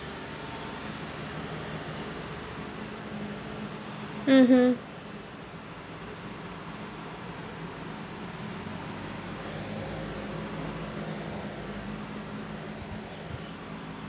mmhmm